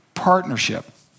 Partnership